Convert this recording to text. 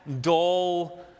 dull